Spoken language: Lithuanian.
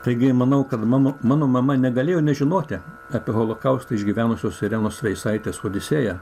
taigi manau kad mama mano mama negalėjo nežinoti apie holokaustą išgyvenusios irenos veisaitės odisėją